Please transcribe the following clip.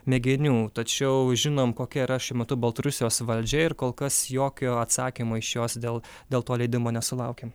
mėginių tačiau žinom kokia yra šiuo metu baltarusijos valdžia ir kol kas jokio atsakymo iš jos dėl dėl to leidimo nesulaukėm